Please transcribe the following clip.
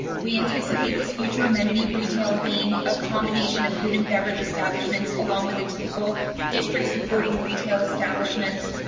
we anticipate this future amenity, retail, being a combination of food and beverage establishments along with the typical district, supporting retail establishments.